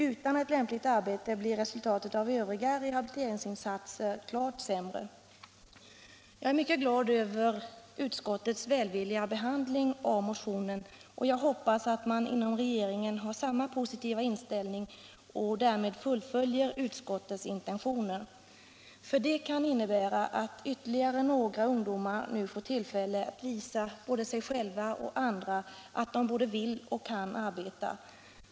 Utan ett lämpligt arbete blir resultatet av övriga rehabiliteringsinsatser klart sämre. Jag är mycket glad över utskottets välvilliga behandling av motionen, och jag hoppas att man inom regeringen har samma positiva inställning och därmed fullföljer utskottets intentioner. Det kan nämligen innebära att ytterligare några ungdomar nu får tillfälle att visa både sig själva och andra att de vill och kan arbeta.